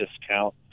discount